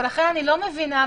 ולכן אני לא מבינה,